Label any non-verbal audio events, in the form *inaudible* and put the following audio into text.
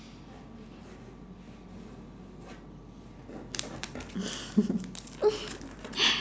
*laughs*